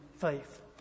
faith